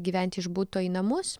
gyventi iš buto į namus